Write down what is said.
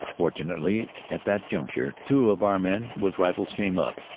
fortunately at that juncture two of our men with rifles came up.